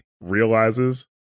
realizes